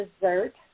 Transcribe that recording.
dessert